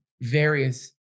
various